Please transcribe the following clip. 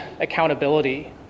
accountability